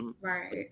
Right